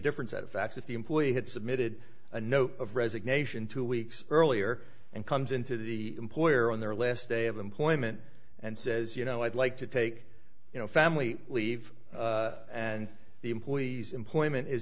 different set of facts if the employee had submitted a note of resignation two weeks earlier and comes into the employer on their last day of employment and says you know i'd like to take you know family leave and the employees employment is